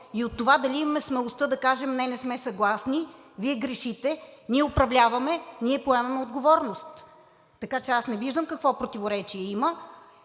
и от това дали имаме смелостта да кажем: „Не, не сме съгласни! Вие грешите, ние управляваме, ние поемаме отговорност.“ Така че не виждам какво противоречие има.